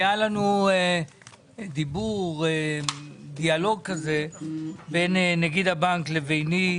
היה לנו דיאלוג, בין נגיד הבנק לביני,